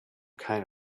kind